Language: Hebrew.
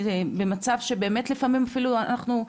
במצב שבאמת לפעמים אפילו אנחנו,